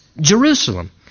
Jerusalem